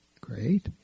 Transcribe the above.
great